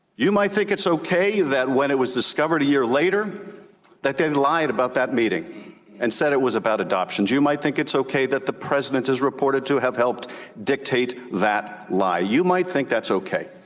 you might think it's okay that when it was discovered a year later that they lied about that meeting and said it was about adoptions. you might think it's okay that the president is reported to have helped dictate that lie. you might think that's okay.